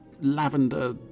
lavender